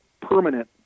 permanent